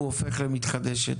הוא הופך למתחדשת?